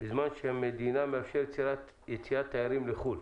בזמן שהמדינה מאפשרת יציאת תיירים לחו"ל.